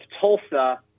Tulsa